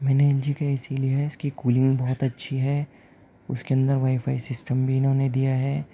میں نے L G کا اے سی لیا ہے اس کی کولنگ بہت اچھی ہے اس کے اندر وائی فائی سسٹم بھی انہوں نے دیا ہے